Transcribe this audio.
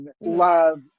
love